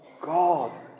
God